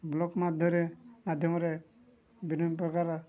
block ମଧ୍ୟରେ ମାଧ୍ୟମରେ ବିଭିନ୍ନ ପ୍ରକାର